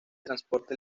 transporte